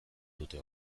dute